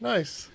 Nice